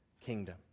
kingdom